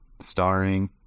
Starring